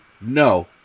No